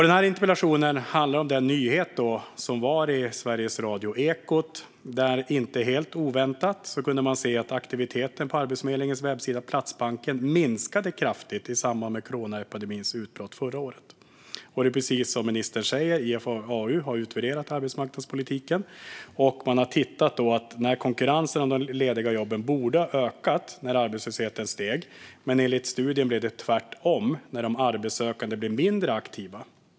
Den här interpellationen handlar om den nyhet som var i Ekot i Sveriges Radio och som handlade om att man inte helt oväntat kunde se att aktiviteten på Arbetsförmedlingens webbsida Platsbanken minskade kraftigt i samband med coronaepidemins utbrott förra året. Det är precis som ministern säger att IFAU har utvärderat arbetsmarknadspolitiken. Konkurrensen om de lediga jobben borde ha ökat när arbetslösheten steg, men enligt studien blev det tvärtom, och de arbetssökande blev mindre aktiva.